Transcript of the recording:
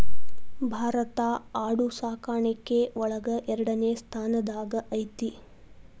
ಭಾರತಾ ಆಡು ಸಾಕಾಣಿಕೆ ಒಳಗ ಎರಡನೆ ಸ್ತಾನದಾಗ ಐತಿ